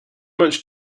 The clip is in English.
much